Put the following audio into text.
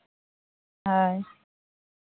ᱦᱳᱭ